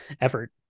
effort